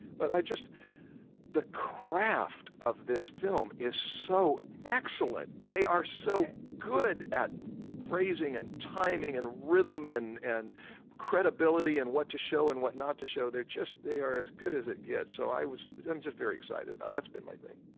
but i just the craft of this film is so excellent, they are so good at phrasing and timing and rhythm and and credibility and what to show and what not to show. they're just they are as good as it gets, so i was i'm just very excited about it, that's been my thing.